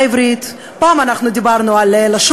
פעם אנחנו דיברנו על עבודה עברית,